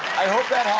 i hope